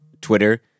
Twitter